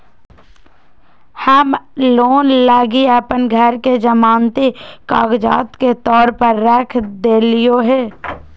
हम लोन लगी अप्पन घर के जमानती कागजात के तौर पर रख देलिओ हें